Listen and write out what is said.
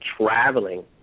traveling